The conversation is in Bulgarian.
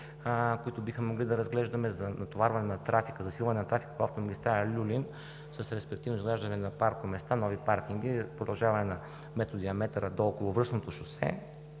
които бихме могли да разгледаме, за натоварване на трафика, засилване на трафика по автомагистрала „Люлин“, с респективно изграждане на нови паркоместа, нови паркинги, продължаване на метродиаметъра до околовръстното шосе